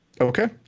okay